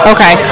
Okay